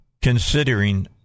considering